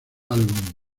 álbum